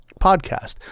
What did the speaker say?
podcast